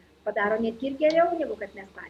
padaro netgi ir geriau negu kad mes patys